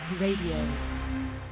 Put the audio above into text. radio